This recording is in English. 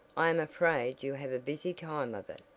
i am afraid you have a busy time of it.